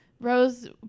Rose